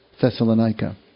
Thessalonica